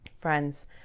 Friends